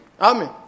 Amen